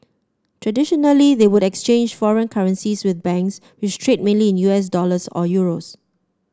traditionally they would exchange foreign currencies with banks which trade mainly in U S dollars or euros